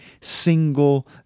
single